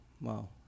Wow